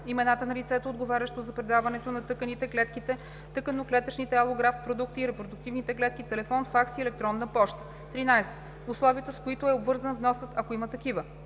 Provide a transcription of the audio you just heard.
имената на лицето, отговарящо за предаването на тъканите/ клетките/тъканно-клетъчните алографт продукти/репродуктивните клетки, телефон, факс и електронна поща; 13. условията, с които е обвързан вносът, ако има такива;